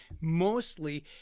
Mostly